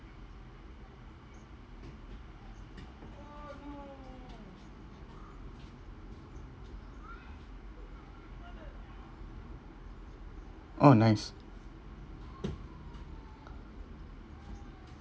oh nice